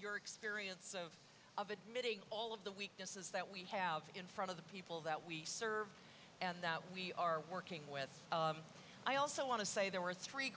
your experience of of admitting all of the weaknesses that we have in front of the people that we serve and that we are working with i also want to say there were three